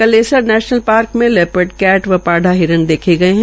Kalesar national park में leopard cat व पाढ़ा हिरण देखे गये है